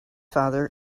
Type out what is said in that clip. father